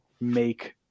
make